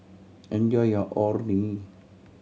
enjoy your Orh Nee